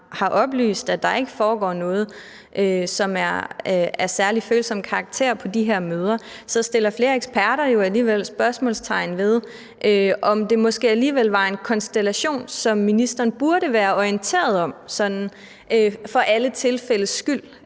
har oplyst, at der ikke foregår noget på de her møder, som er af særlig følsom karakter, så stiller flere eksperter alligevel det spørgsmål, om det måske var en konstellation, som ministeren burde have være orienteret om for alle tilfældes skyld,